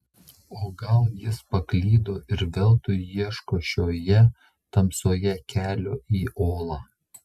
o gal jis paklydo ir veltui ieško šioje tamsoje kelio į olą